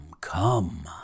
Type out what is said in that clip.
come